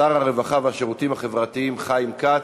שר הרווחה והשירותים החברתיים חיים כץ.